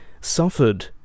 suffered